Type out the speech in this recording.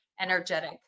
energetic